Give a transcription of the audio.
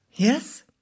Yes